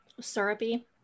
syrupy